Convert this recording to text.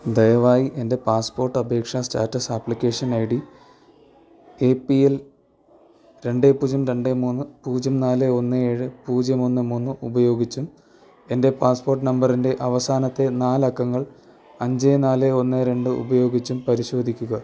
ദയവായി എൻ്റെ പാസ്പോർട്ട് അപേക്ഷാ status application I D A P L രണ്ട് പൂജ്യം രണ്ട് മൂന്ന് പൂജ്യം നാല് ഒന്ന് ഏഴ് പൂജ്യം ഒന്ന് മൂന്ന് ഉപയോഗിച്ചും എൻ്റെ പാസ്പോർട്ട് നമ്പറിൻ്റെ അവസാനത്തെ നാല് അക്കങ്ങൾ അഞ്ച് നാല് ഒന്ന് രണ്ട് ഉപയോഗിച്ചും പരിശോധിക്കുക